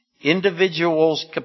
individual's